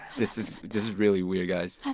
this is just really weird, guys